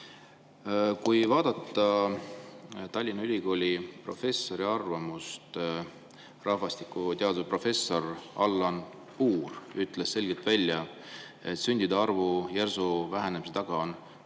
Vaatame Tallinna Ülikooli professori arvamust: rahvastikuteaduse professor Allan Puur ütles selgelt välja, et sündide arvu järsu vähenemise taga on